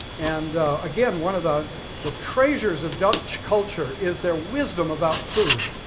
and again one of the the treasures of dutch culture is their wisdom about food.